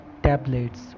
Tablets